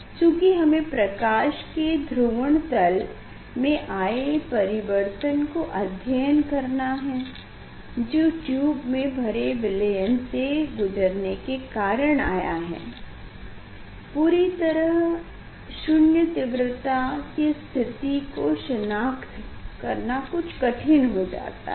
चूंकि हमे प्रकाश के ध्रुवण तल में आये परिवर्तन को अध्ययन करना है जो ट्यूब में भरे विलयन से गुजरने के कारण आया है पूरी तरह शून्य तीव्रता की स्थिति को शिनाख्त करना कुछ कठीन हो जाता है